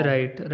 Right